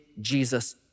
Jesus